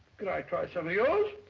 can i try so on any